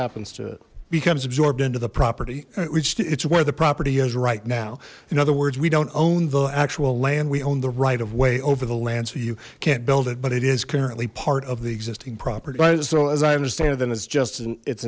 happens to it becomes absorbed into the property which it's where the property is right now in other words we don't own the actual land we own the right of way over the land so you can't build it but it is currently part of the existing property right so as i understand that it's just an it's